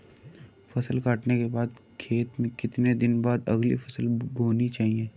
फसल काटने के बाद खेत में कितने दिन बाद अगली फसल बोनी चाहिये?